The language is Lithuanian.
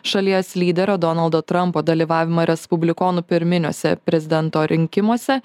šalies lyderio donaldo trampo dalyvavimą respublikonų pirminiuose prezidento rinkimuose